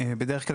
בדרך כלל,